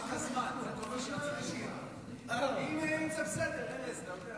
רק הזמן, זה כל מה שאני אומר, אם זה בסדר, ארז.